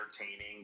entertaining